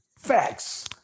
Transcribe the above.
Facts